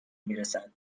میرسد